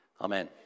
Amen